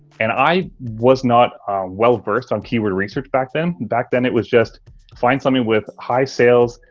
and i was not well versed on keyword research back then. back then, it was just find something with high sales,